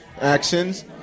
actions